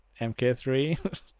mk3